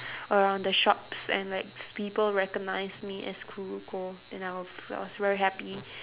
around the shops and like people recognized me as kuroko and I w~ I was very happy